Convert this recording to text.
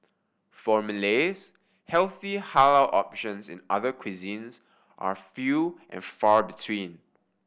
for Malays healthy halal options in other cuisines are few and far between